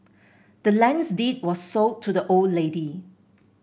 the land's deed was sold to the old lady